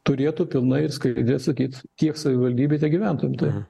turėtų pilnai skaidriai atsakyt tiek savivaldybei tiek gyventojam taip